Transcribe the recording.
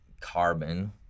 carbon